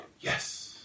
yes